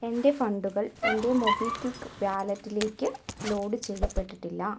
എൻ്റെ ഫണ്ടുകൾ എൻ്റെ മൊബിക്വിക്ക് വാലെറ്റിലേക്ക് ലോഡ് ചെയ്യപ്പെട്ടിട്ടില്ല